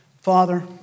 Father